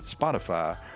Spotify